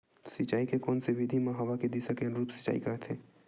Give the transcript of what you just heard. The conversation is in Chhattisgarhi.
सिंचाई के कोन से विधि म हवा के दिशा के अनुरूप सिंचाई करथे?